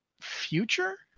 future